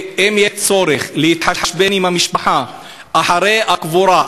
אם יהיה צורך להתחשבן עם המשפחה אחרי הקבורה,